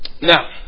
Now